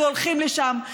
אנחנו הולכים לשם,